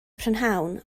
prynhawn